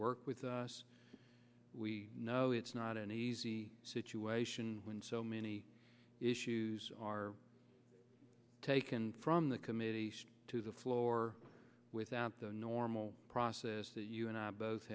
work with us we know it's not an easy situation when so many issues taken from the committee to the floor without the normal process that you and i